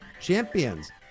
champions